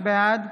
בעד